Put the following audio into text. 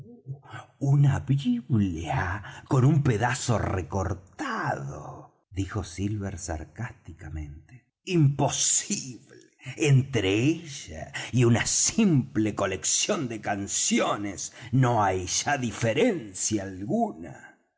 una biblia con un pedazo recortado dijo silver sarcásticamente imposible entre ella y una simple colección de canciones no hay ya diferencia alguna